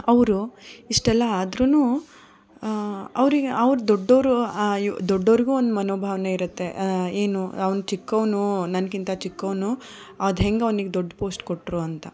ಅವರು ಇಷ್ಟೆಲ್ಲ ಆದರೂ ಅವರಿಗೆ ಅವ್ರು ದೊಡ್ಡೋರು ಈ ದೊಡ್ಡೋರಿಗೂ ಒಂದು ಮನೋಭಾವನೆ ಇರುತ್ತೆ ಏನು ಅವ್ನು ಚಿಕ್ಕೋನು ನನಗಿಂತ ಚಿಕ್ಕೋನು ಅದು ಹೆಂಗೆ ಅವನಿಗೆ ದೊಡ್ಡ ಪೋಸ್ಟ್ ಕೊಟ್ಟರು ಅಂತ